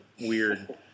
weird